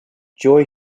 joy